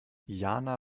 jana